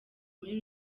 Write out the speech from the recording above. muri